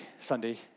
Sunday